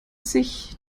sich